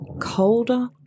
colder